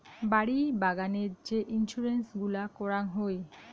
বাড়ি বাগানের যে ইন্সুরেন্স গুলা করাং হই